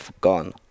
gone